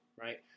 right